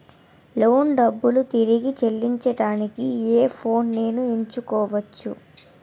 Loan డబ్బులు తిరిగి చెల్లించటానికి ఏ ప్లాన్ నేను ఎంచుకోవచ్చు?